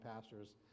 pastors